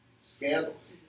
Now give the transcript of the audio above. scandals